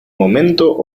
momento